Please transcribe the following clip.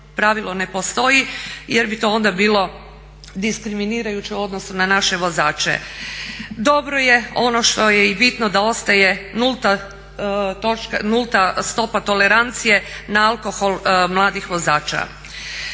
pravilo ne postoji jer bi to onda bilo diskriminirajuće u odnosu na naše vozače. Dobro je ono što je i bitno, da ostaje nulta stopa tolerancije na alkohol mladih vozača.